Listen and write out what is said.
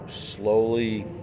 slowly